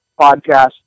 podcast